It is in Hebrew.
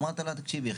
אמרת לה תקשיבי,